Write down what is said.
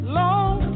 long